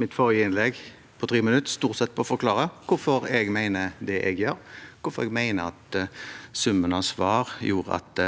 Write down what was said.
mitt forrige 3-minuttersinnlegg til stort sett å forklare hvorfor jeg mener det jeg gjør, hvorfor jeg mener at summen av svar gjorde at